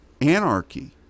anarchy